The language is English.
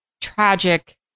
tragic